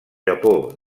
japó